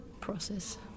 process